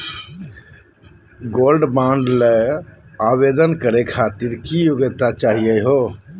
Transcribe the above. Gold bond ल आवेदन करे खातीर की योग्यता चाहियो हो?